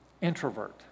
Introvert